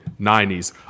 90s